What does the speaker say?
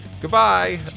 Goodbye